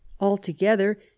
Altogether